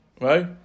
Right